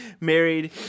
married